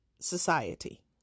society